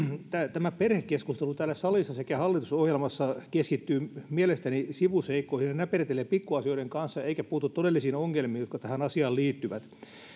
tämä perhekeskustelu täällä salissa sekä hallitusohjelmassa keskittyy mielestäni sivuseikkoihin ja näpertelee pikkuasioiden kanssa eikä puutu todellisiin ongelmiin jotka tähän asiaan liittyvät